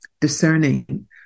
discerning